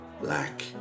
black